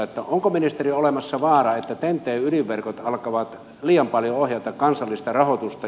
onko ministeri olemassa vaara että ten t ydinverkot alkavat liian paljon ohjata kansallista rahoitusta